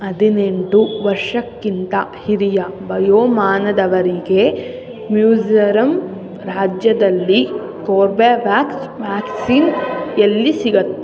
ಹದಿನೆಂಟು ವರ್ಷಕ್ಕಿಂತ ಹಿರಿಯ ವಯೋಮಾನದವರಿಗೆ ಮಿಜೋರಮ್ ರಾಜ್ಯದಲ್ಲಿ ಕೋರ್ಬೆವ್ಯಾಕ್ಸ್ ವ್ಯಾಕ್ಸಿನ್ ಎಲ್ಲಿ ಸಿಗುತ್ತೆ